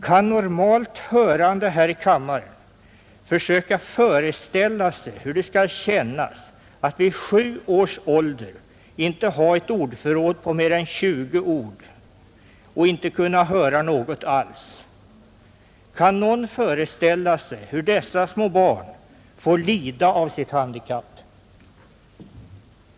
Kan normalt hörande här i kammaren föreställa sig hur det skall kännas att vid sju års ålder inte ha ett ordförråd på mer än 20 ord och inte kunna höra något alls? Kan någon föreställa sig hur dessa små barn får lida av sitt handikapp?